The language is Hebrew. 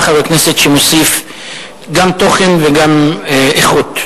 אתה חבר כנסת שמוסיף גם תוכן וגם איכות.